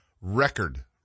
record